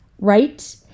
right